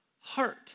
heart